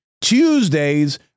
Tuesday's